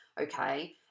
okay